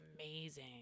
amazing